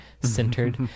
centered